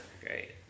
Great